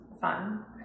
fun